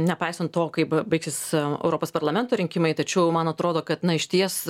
nepaisant to kaip baigsis europos parlamento rinkimai tačiau man atrodo kad na išties